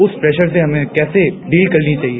उस प्रेशर से हमें कैसे डील करनी चाहिए